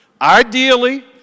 ideally